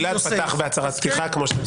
גלעד פתח בהצהרת פתיחה, כמו שאתם שמים לב.